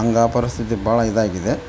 ಹಂಗಾ ಆ ಪರಿಸ್ಥಿತಿ ಭಾಳ ಇದಾಗಿದೆ